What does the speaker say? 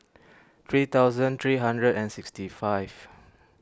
three thousand three hundred and sixty five